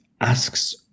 asks